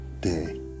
day